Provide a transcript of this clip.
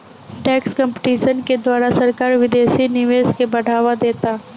tax competition के द्वारा सरकार विदेशी निवेश के बढ़ावा देता